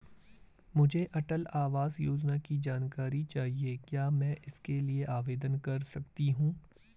मुझे अटल आवास योजना की जानकारी चाहिए क्या मैं इसके लिए आवेदन कर सकती हूँ?